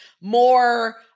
more